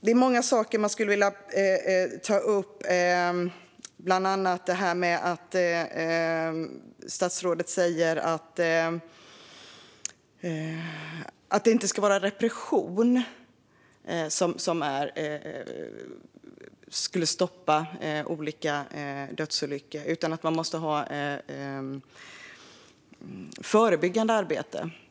Det finns många saker som jag skulle vilja ta upp, bland annat att statsrådet säger att repression inte kan stoppa olika dödsolyckor utan att det handlar om förebyggande arbete.